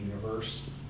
universe